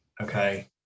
Okay